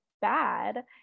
bad